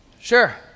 sure